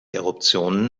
eruptionen